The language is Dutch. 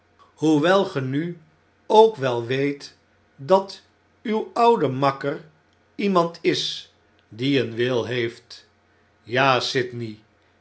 hoewel ge nu ook wel weet dat uw oude makker iemand is die een wil heeft ja sydney